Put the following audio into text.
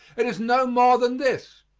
it is no more than this,